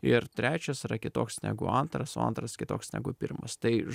ir trečias yra kitoks negu antras o antras kitoks negu pirmas tai ž